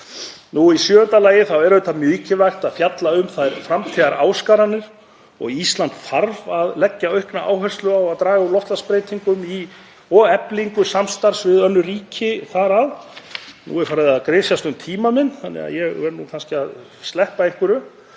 Í sjöunda lagi er auðvitað mikilvægt að fjalla um framtíðaráskoranir og Ísland þarf að leggja aukna áherslu á að draga úr loftslagsbreytingum og eflingu samstarfs við önnur ríki um það. Nú er farið að sneyðast um tíma minn þannig að ég verð kannski að sleppa einhverju.